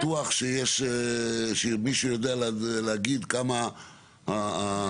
גם שם אני לא בטוח שמישהו יודע להגיד מה בדיוק הבלאי